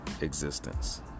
existence